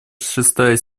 шестая